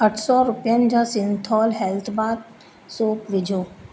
अठ सौ रुपयनि जा सिंथोल हेल्थ बाथ सोप विझो